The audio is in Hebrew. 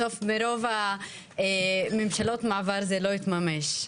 בסוף מרוב הממשלות מעבר זה לא התממש.